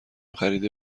خریده